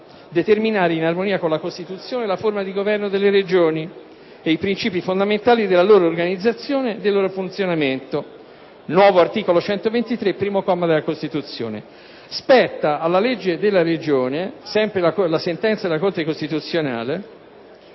determinare, in armonia con la Costituzione, la forma di governo delle Regioni e i principi fondamentali della loro organizzazione e del loro funzionamento (nuovo articolo 123, primo comma, della Costituzione). Spetta alla legge della Regione disciplinare il sistema di elezione